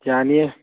ꯌꯥꯅꯤꯌꯦ